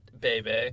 baby